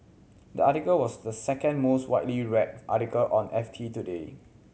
the article was the second most widely read article on FT today